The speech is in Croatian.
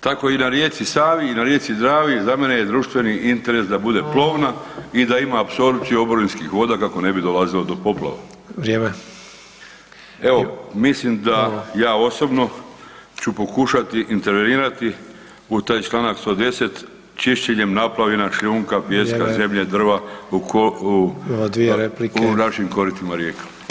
tako i na rijeci Savi i na rijeci Dravi za mene je društveni interes da bude plovna i da ima apsorpciju oborinskih voda kako ne bi dolazilo do poplava [[Upadica Sanader: Vrijeme.]] Evo mislim da ja osobno ću pokušati intervenirati u taj čl. 110.čišćenjem naplavina šljunka, pijeska, zemlje, drva [[Upadica Sanader: Vrijeme.]] u našim koritima rijeka.